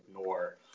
ignore